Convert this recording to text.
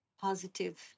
positive